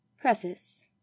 Preface